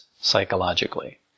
psychologically